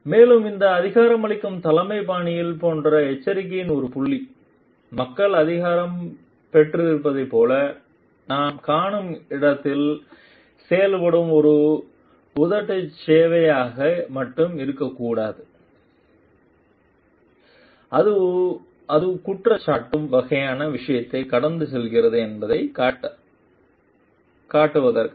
மேலும் இந்த அதிகாரமளிக்கும் தலைமை பாணியைப் போன்ற எச்சரிக்கையின் ஒரு புள்ளி மக்கள் அதிகாரம் பெற்றிருப்பதைப் போல நாம் காணும் இடத்தில் செய்யப்படும் ஒரு உதட்டுச் சேவையாக மட்டும் இருக்கக்கூடாது அது குற்றம் சாட்டும் வகையான விஷயத்தைக் கடந்து செல்கிறது என்பதைக் காட்டுவதற்காக